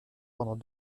pendant